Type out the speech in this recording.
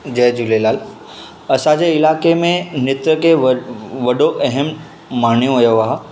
जय झूलेलाल असांजे इलाइक़े में नृत्य खे व वॾो अहम मञियो वियो आहे